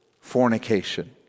fornication